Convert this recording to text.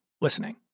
listening